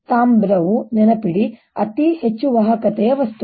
ತಾಮ್ರ ನೆನಪಿಡಿ ಅತಿ ಹೆಚ್ಚು ವಾಹಕತೆಯ ವಸ್ತು